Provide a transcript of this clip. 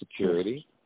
security